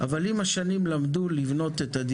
אבל עם השנים למדו לבנות אותו.